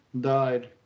died